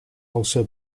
also